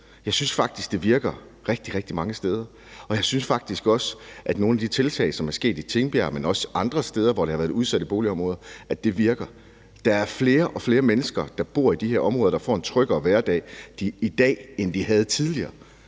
Jeg synes faktisk, at den virker rigtig mange steder, og jeg synes faktisk også, at nogle af de tiltag, som man har taget i Tingbjerg, men også andre steder, hvor det har været udsatte boligområder, virker. Der er flere og flere mennesker, der bor i de her områder, som i dag har en tryggere hverdag, end de havde tidligere.